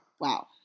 wow